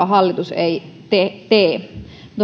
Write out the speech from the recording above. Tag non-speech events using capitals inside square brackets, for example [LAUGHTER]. [UNINTELLIGIBLE] hallitus muka ei tee tee